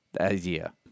idea